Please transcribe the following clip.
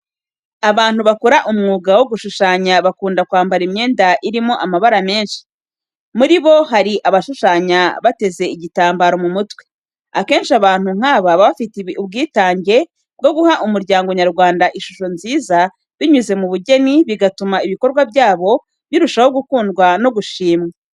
Abantu bakora umwuga wo gushushanya bakunda kwambara imyenda irimo amabara menshi, muri bo hari abashushanya bateze igitambaro mu mutwe. Akenshi abantu nk'aba baba bafite ubwitange bwo guha umuryango nyarwanda ishusho nziza binyuze mu bugeni, bigatuma ibikorwa byabo birushaho gukundwa no gushimwa.